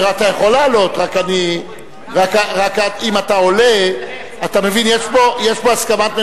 רק אם אתה עולה, אתה מבין, יש פה הסכמת ממשלה,